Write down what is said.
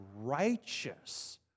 righteous